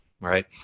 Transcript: right